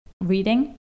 reading